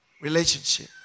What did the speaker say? relationship